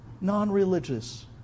non-religious